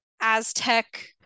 Aztec